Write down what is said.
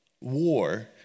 War